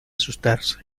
asustarse